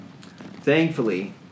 Thankfully